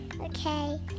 Okay